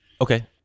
Okay